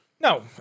No